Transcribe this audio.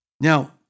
Now